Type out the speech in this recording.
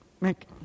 make